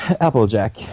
Applejack